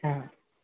हां